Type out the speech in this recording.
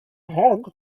hog